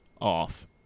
off